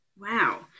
Wow